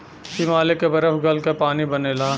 हिमालय के बरफ गल क पानी बनेला